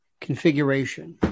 configuration